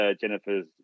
Jennifer's